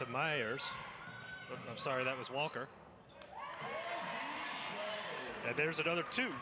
to my ears i'm sorry that was walker and there's another to